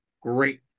great